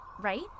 right